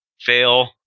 fail